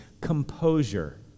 composure